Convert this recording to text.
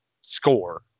score